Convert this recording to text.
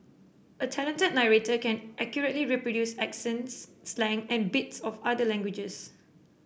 a talented narrator can accurately reproduce accents slang and bits of other languages